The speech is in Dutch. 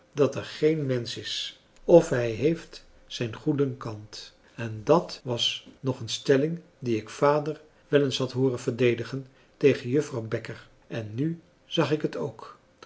dat er geen mensch is of hij heeft zijn goeden kant en dat was nog een stelling die ik vader wel eens had hooren verdedigen tegen juffrouw bekker en nu zag ik het ook